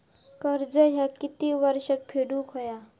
कर्ज ह्या किती वर्षात फेडून हव्या?